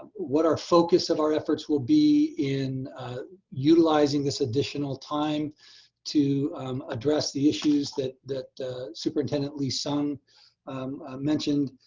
what our focus of our efforts will be in utilizing this additional time to address the issues that that superintendent lee-sung mentioned.